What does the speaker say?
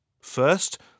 First